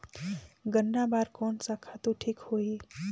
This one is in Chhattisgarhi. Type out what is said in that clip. गन्ना बार कोन सा खातु ठीक होही?